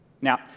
Now